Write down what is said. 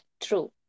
True